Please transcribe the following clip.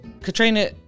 Katrina